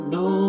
no